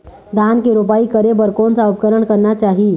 धान के रोपाई करे बर कोन सा उपकरण करना चाही?